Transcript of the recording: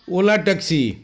ola taxi